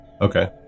Okay